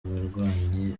abarwanyi